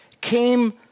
came